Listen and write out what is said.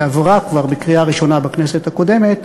שעברה כבר בקריאה ראשונה בכנסת הקודמת